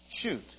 shoot